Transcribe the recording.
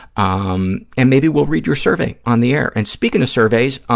um and maybe we'll read your survey on the air, and speaking of surveys,